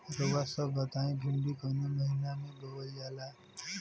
रउआ सभ बताई भिंडी कवने महीना में बोवल जाला?